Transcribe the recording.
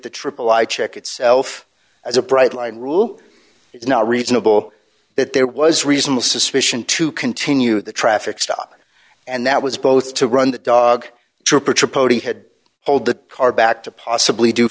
the triple i check itself as a bright line rule it's not reasonable that there was reasonable suspicion to continue the traffic stop and that was both to run the dog had hold the car back to possibly do